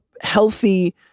healthy